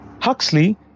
Huxley